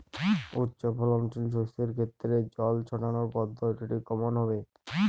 উচ্চফলনশীল শস্যের ক্ষেত্রে জল ছেটানোর পদ্ধতিটি কমন হবে?